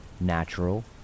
Natural